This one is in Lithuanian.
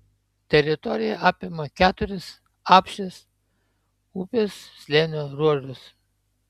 teritorija apima keturis apšės upės slėnio ruožus